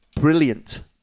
brilliant